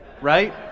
right